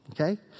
okay